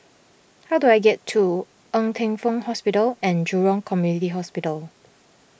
how do I get to Ng Teng Fong Hospital and Jurong Community Hospital